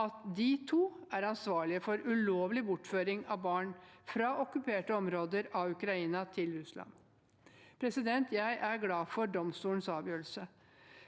at de to er ansvarlige for ulovlig bortføring av barn fra okkuperte områder av Ukraina til Russland. Jeg er glad for domstolens avgjørelse,